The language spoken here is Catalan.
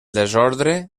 desordre